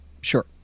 Sure